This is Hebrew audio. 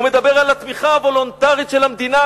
הוא מדבר על התמיכה הוולונטרית של המדינה,